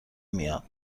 میاد